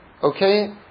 okay